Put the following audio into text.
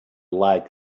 like